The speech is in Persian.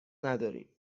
نداریم